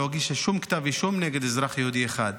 ולא הגישה שום כתב אישום נגד אזרח יהודי אחד.